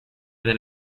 than